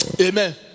amen